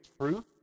truth